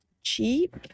cheap